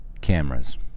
cameras